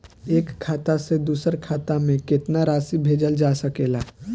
एक खाता से दूसर खाता में केतना राशि भेजल जा सके ला?